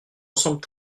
ensemble